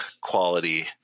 quality